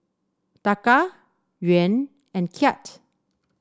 Taka Yuan and Kyat